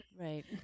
Right